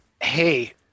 Hey